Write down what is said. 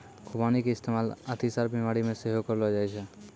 खुबानी के इस्तेमाल अतिसार बिमारी मे सेहो करलो जाय छै